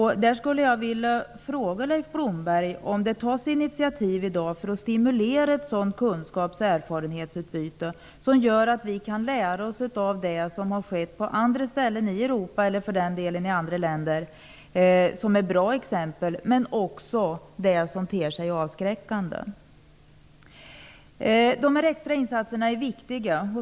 I det sammanhanget vill jag fråga Leif Blomberg om det tas initiativ i dag för att stimulera ett sådant kunskapsoch erfarenhetsutbyte som gör att vi kan lära oss av det som har skett i andra länder i Europa som kan utgöra bra exempel även på det som kan te sig avskräckande. Dessa extrainsatser är viktiga.